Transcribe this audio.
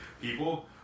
people